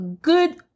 good